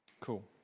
Cool